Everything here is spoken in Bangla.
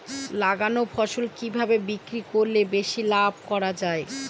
লাগানো ফসল কিভাবে বিক্রি করলে বেশি লাভ করা যায়?